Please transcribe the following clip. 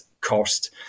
cost